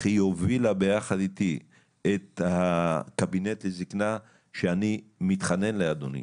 היא הובילה ביחד איתי את קבינט הזקנה שאני מתחנן לאדוני,